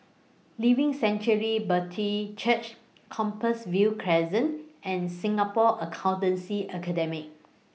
Living Sanctuary Brethren Church Compassvale Crescent and Singapore Accountancy Academy